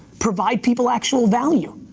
provide people actual value.